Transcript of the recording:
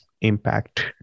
impact